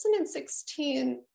2016